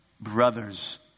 brothers